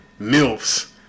Milfs